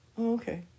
Okay